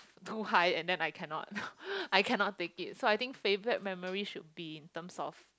too high and then I cannot I cannot take it so I think favourite memory should be in terms of